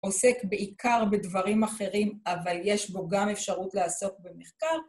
עוסק בעיקר בדברים אחרים, אבל יש בו גם אפשרות לעסוק במחקר.